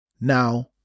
Now